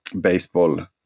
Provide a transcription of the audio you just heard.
baseball